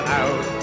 out